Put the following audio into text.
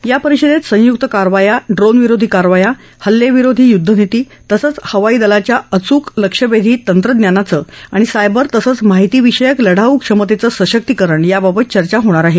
या परिषदेत संय्क्त कारवाया ड्रोनविरोधी कारवाया हल्लेविरोधी य्द्धनीती तसंच हवाईदलाच्या अचूक लक्ष्यवेधी तंत्रज्ञानाचं आणि सायबर तसंच माहितीविषयक लढाऊ क्षमतेचं सशक्तीकरण याबाबत चर्चा होणार आहे